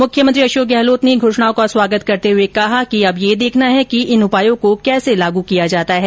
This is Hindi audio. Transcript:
मुख्यमंत्री अशोक गहलोत ने घोषणाओं का स्वागत करते हुए कहा है कि अब ये देखना है कि इन उपायों को कैसे लागू किया जाता है